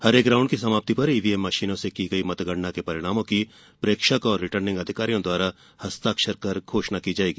प्रत्येक राउंड की समाप्ति पर ईवीएम मशीनों से की गयी मतगणना के परिणामों की प्रेक्षक और रिर्टनिग अधिकारियों द्वारा हस्ताक्षर कर घोषणा की जाएगी